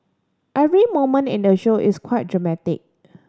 every moment in the show is quite dramatic